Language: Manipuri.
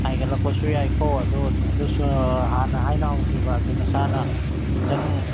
ꯍꯥꯏꯒꯠꯂꯛꯄꯁꯨ ꯌꯥꯏꯀꯣ ꯑꯗꯣ ꯑꯗꯨꯁꯨ ꯍꯥꯟꯅ ꯍꯥꯏꯅꯍꯧꯁꯦꯕ ꯑꯗꯨ ꯅꯁꯥꯅ ꯈꯤꯇꯪ